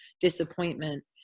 disappointment